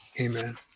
amen